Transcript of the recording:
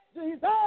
Jesus